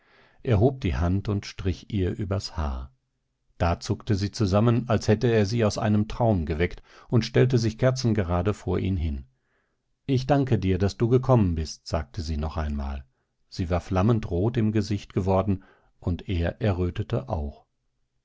er hob die hand und strich ihr übers haar da zuckte sie zusammen als hätte er sie aus einem traum geweckt und stellte sich kerzengerade vor ihn hin ich danke dir daß du gekommen bist sagte sie noch einmal sie war flammend rot im gesicht geworden und er errötete auch